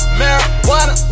marijuana